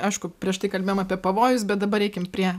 aišku prieš tai kalbėjom apie pavojus bet dabar eikim prie